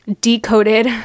decoded